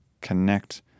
connect